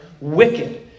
wicked